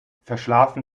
verschlafen